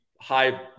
high